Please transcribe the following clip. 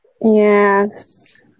Yes